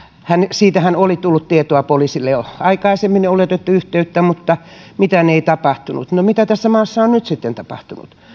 siitähän oli tullut tietoa poliisille jo aikaisemmin ja oli otettu yhteyttä mutta mitään ei tapahtunut no mitä tässä maassa on nyt sitten tapahtunut